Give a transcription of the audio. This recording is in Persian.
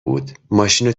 بود، ماشینو